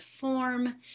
form